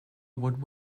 would